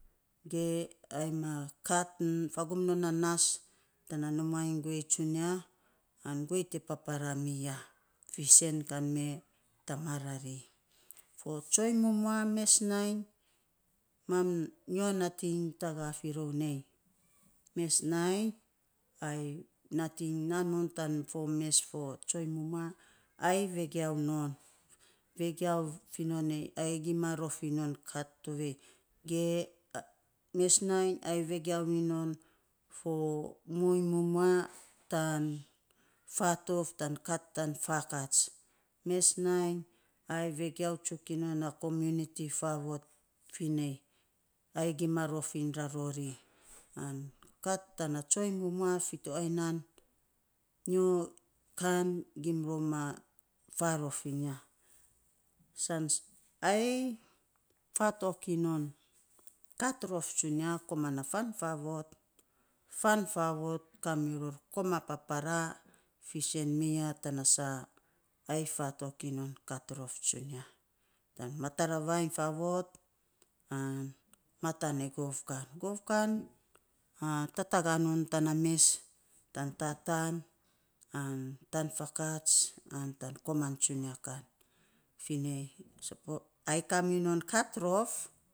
Ge ai ma kat fagum non na nas tanaa numaa iny guei tsunia an guei te paparaa miya, fiisen kan me tamarari fo tsoiny mumua mes nating mam nyo nating tagaa firor nei, mes nainy ai nating naa non tana mes fo tsoiny mumua, ayei vegiau non. Vegiau finn nei, in non kat tovei, ge mes nainy ai vegiau minon fo muiny mumua tan fatouf tan kat tan faakats, mes nainy ai vegiau tsuk iny non a komuniti faavot, finei, ai gima rof iny rarori, an kat tan tsoiny mumua fito ai nan, nyo kan gima rou ma faarof iny ya, san ayei, fatok iny non kat rof tsunia koman na fan faavot, fan faavot kamiror koman paparaa fiisen miya, tana saa ai faatok iny non kat rof tsunia. Tan matar ra vainy faavot an maton e gov kan, gov kan tatagaa no tan mes, tan tataan ain tan faakat an tan koman tsunya kan, finei a kaminon kat rof.